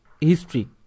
history